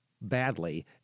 badly